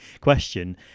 question